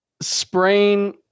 sprain